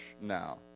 now